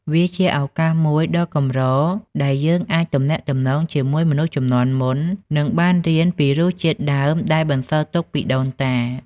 វាជាឱកាសមួយដ៏កម្រដែលយើងអាចទំនាក់ទំនងជាមួយមនុស្សជំនាន់មុន និងបានរៀនពីរសជាតិដើមដែលបានបន្សល់ទុកពីដូនតា។